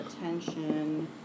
attention